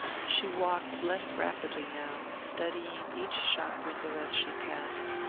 she walked less rapidly now, studying each shop window as she passed,